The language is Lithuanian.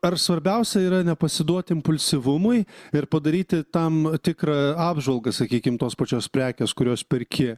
ar svarbiausia yra nepasiduot impulsyvumui ir padaryti tam tikrą apžvalgą sakykim tos pačios prekės kurios perki